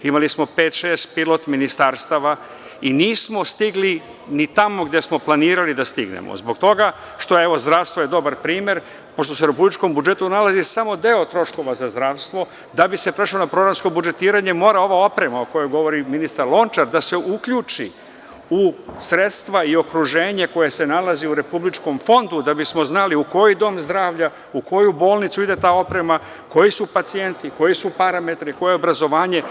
Imali smo pet, šest pilot-ministarstava i nismo stigli ni tamo gde smo planirali da stignemo zbog toga što, evo, zdravstvo je dobar primer, pošto se u Republičkom budžetu nalazi samo deo troškova za zdravstvo, da bi se prešlo na programsko budžetiranje, mora ova oprema, o kojoj govori ministar Lončar, da se uključi u sredstva i okruženje koje se nalazi u Republičkom fondu, da bismo znali u koji dom zdravlja, u koju bolnicu ide ta oprema, koji su pacijenti, koji su parametri, koje obrazovanje.